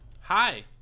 hi